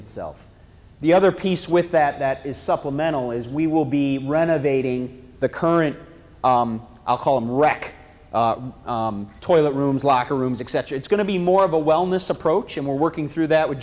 itself the other piece with that that is supplemental as we will be renovating the current i'll call them rock toilet rooms locker rooms etc it's going to be more of a wellness approach and we're working through that with